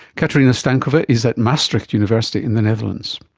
katerina stankova is at maastricht university in the netherlands.